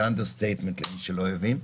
וזה אנדרסטייטמנט למי שלא הבין.